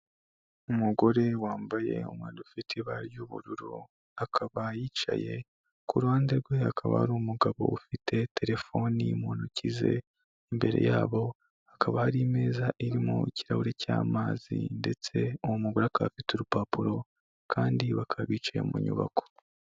Umugore wambaye umwenda ufite ibara ry'ubururu, akaba yicaye, ku ruhande rwe hakaba hari umugabo ufite telefoni mu ntoki ze, imbere yabo hakaba ari imeza irimo ikirahuri cy'amazi, ndetse uwo mugore akaba afite urupapuro kandi bakaba bicaye mu nyubako.